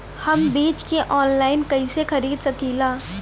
हम बीज के आनलाइन कइसे खरीद सकीला?